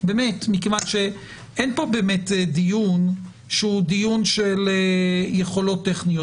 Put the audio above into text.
מכיוון שאין פה באמת דיון שהוא דיון של יכולות טכניות,